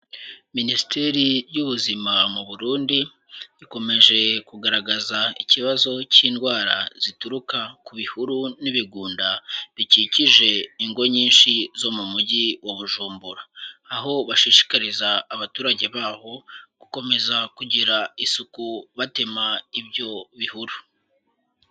Minisiteri y'Ubuzima mu Burundi, ikomeje kugaragaza ikibazo cy'indwara zituruka ku bihuru n'ibigunda bikikije ingo nyinshi zo mu mujyi wa Bujumbura, aho bashishikariza abaturage baho gukomeza kugira isuku batema ibyo bihuru.